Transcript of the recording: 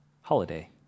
holiday